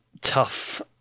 tough